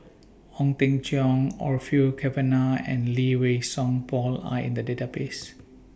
Ong Teng Cheong Orfeur Cavenagh and Lee Wei Song Paul Are in The Database